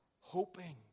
hoping